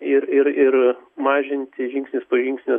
ir ir ir mažinti žingsnis po žingsnio